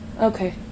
Okay